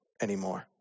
anymore